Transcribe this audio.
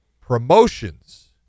promotions